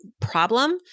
problem